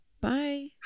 Bye